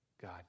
God